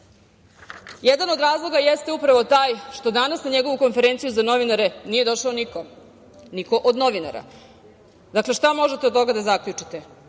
od razloga jeste upravo taj što danas na njegovu konferenciju za novinare nije došao niko, niko od novinara. Dakle, šta možete od toga da zaključite? Boško